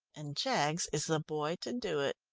and jaggs is the boy to do it.